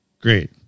Great